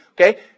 okay